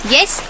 Yes